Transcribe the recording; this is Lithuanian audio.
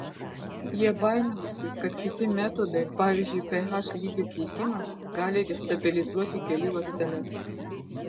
jie baiminosi kad kiti metodai pavyzdžiui ph lygio keitimas gali destabilizuoti gėlių ląsteles